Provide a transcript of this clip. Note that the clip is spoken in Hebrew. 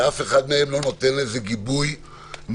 ואף אחד מהם לא נותן לזה גיבוי מוחלט.